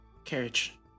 Carriage